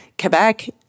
Quebec